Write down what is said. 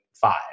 five